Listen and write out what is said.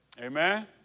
Amen